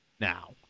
now